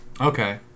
Okay